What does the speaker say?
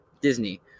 Disney